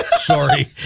Sorry